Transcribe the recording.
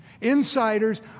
Insiders